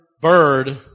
bird